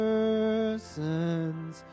Persons